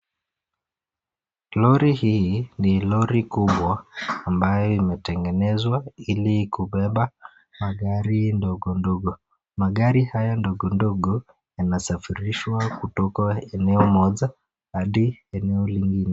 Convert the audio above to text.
Lori hili ni lori kubwa ambaye imetengenezwa ili kubeba magari ndogo ndogo. Magari haya ndogo ndogo yanasafilishwa kutoka eneo moja hadi eneo lingine.